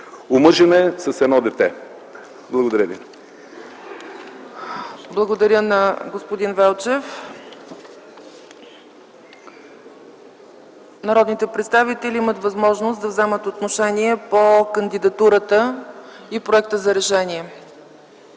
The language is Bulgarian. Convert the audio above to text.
ви. ПРЕДСЕДАТЕЛ ЦЕЦКА ЦАЧЕВА: Благодаря на господин Велчев. Народните представители имат възможност да вземат отношение по кандидатурата и проекта за решение.